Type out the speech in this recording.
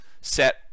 set